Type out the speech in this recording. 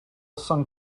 sung